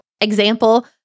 example